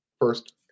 First